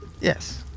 yes